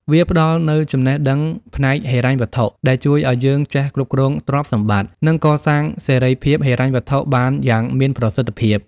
វាផ្ដល់នូវចំណេះដឹងផ្នែកហិរញ្ញវត្ថុដែលជួយឱ្យយើងចេះគ្រប់គ្រងទ្រព្យសម្បត្តិ និងកសាងសេរីភាពហិរញ្ញវត្ថុបានយ៉ាងមានប្រសិទ្ធភាព។